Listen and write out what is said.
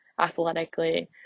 athletically